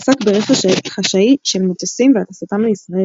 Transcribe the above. ועסק ברכש חשאי של מטוסים והטסתם לישראל.